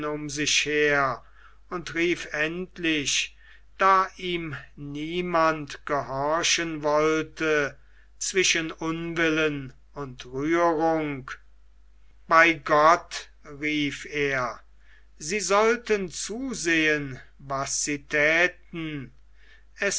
um sich her und rief endlich da ihm niemand gehorchen wollte zwischen unwillen und rührung bei gott rief er sie sollten zusehen was sie thäten